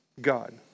God